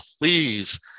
Please